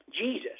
Jesus